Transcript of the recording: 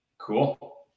Cool